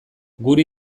gure